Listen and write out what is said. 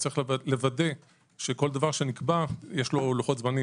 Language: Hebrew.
יש לוודא שכל דבר שנקבע יש לו לוחות זמנים